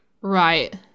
Right